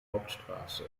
hauptstraße